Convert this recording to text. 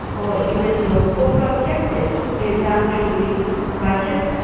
or even your corporate objective is actually righteous,